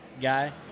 guy